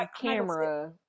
camera